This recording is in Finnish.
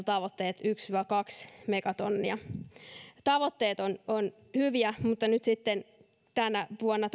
tavoitteet yksi viiva kaksi megatonnia tavoitteet ovat hyviä mutta nyt sitten tänä vuonna